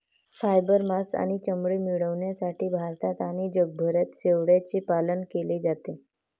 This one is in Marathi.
फायबर, मांस आणि चामडे मिळविण्यासाठी भारतात आणि जगभरात शेळ्यांचे पालन केले जाते